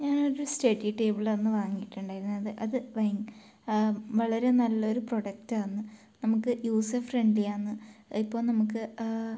ഞാനൊരു study table അന്ന് വാങ്ങിയിട്ടുണ്ടായിരുന്നു അത് അത് ഭയ് വളരെ നല്ലൊരു പ്രോഡക്റ്റാണ് നമുക്ക് യൂസർ ഫ്രണ്ട്ലിയാണ് ഇപ്പോൾ നമുക്ക്